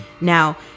Now